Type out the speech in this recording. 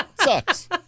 Sucks